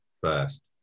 First